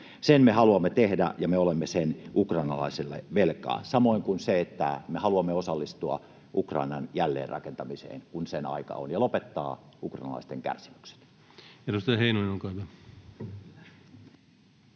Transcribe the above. Sen me haluamme tehdä, ja me olemme sen ukrainalaisille velkaa. Samoin me haluamme osallistua Ukrainan jälleenrakentamiseen, kun sen aika on, ja lopettaa ukrainalaisten kärsimyksen. [Speech